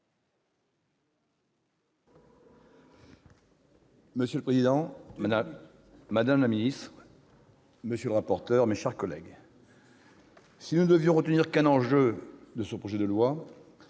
Monsieur le président, madame la ministre, monsieur le rapporteur, mes chers collègues, si nous ne devions retenir qu'un enjeu lié à ce projet de loi,